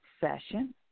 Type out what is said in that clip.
session